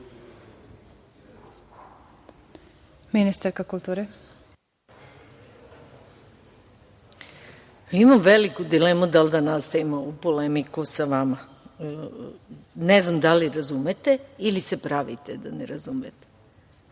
**Maja Gojković** Imam veliku dilemu da li da nastavim ovu polemiku sa vama. Ne znam da li razumete ili se pravite da ne razumete.